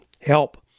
Help